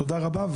תודה רבה.